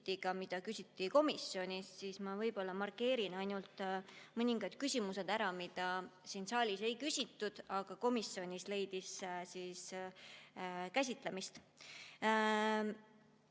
küsiti ka komisjonis, siis ma võib-olla markeerin ainult mõningad küsimused, mida siin saalis ei küsitud, aga mis komisjonis leidsid käsitlemist.